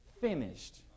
finished